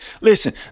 Listen